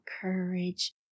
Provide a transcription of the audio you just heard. courage